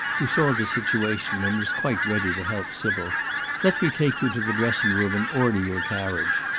who saw the situation and was quite ready to help sybil let me take you to the dressing-room and order your carriage.